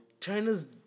China's